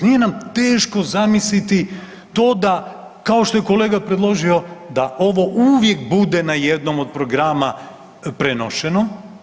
Nije nam teško zamisliti to da kao što je kolega predložio da ovo uvijek bude na jednom od programa prenošeno.